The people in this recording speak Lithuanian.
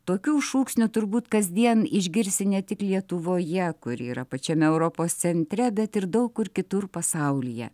tokių šūksnių turbūt kasdien išgirsi ne tik lietuvoje kuri yra pačiame europos centre bet ir daug kur kitur pasaulyje